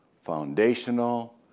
foundational